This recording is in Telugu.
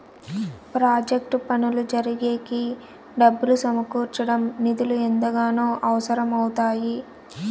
ప్రాజెక్టు పనులు జరిగేకి డబ్బులు సమకూర్చడం నిధులు ఎంతగానో అవసరం అవుతాయి